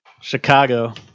chicago